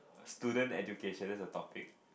student education that's the topic